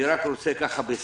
אנחנו